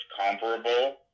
comparable